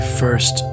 first